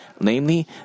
Namely